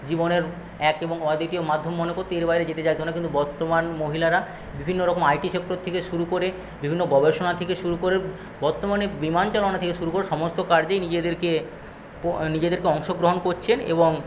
জীবনের এক এবং অদ্বিতীয় মাধ্যম মনে করত এর বাইরে যেতে চাইত না কিন্তু বর্তমান মহিলারা বিভিন্নরকম আইটি সেক্টর থেকে শুরু করে বিভিন্ন গবেষণা থেকে শুরু করে বর্তমানে বিমান চালানো থেকে শুরু করে সমস্ত কার্যেই নিজেদেরকে নিজেদেরকে অংশগ্রহণ করছেন এবং